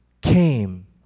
came